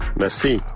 merci